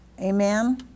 Amen